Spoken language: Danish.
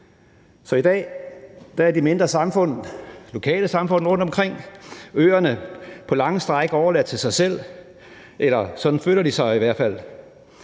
Så i dag er de mindre samfund, lokale samfund rundtomkring og øerne på lange stræk overladt til sig selv, eller sådan føler de sig i hvert fald,